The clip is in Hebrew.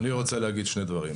אני רוצה להגיד שני דברים.